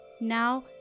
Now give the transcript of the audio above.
Now